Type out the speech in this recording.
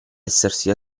essersi